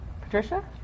Patricia